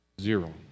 Zero